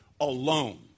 alone